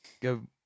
Go